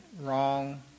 wrong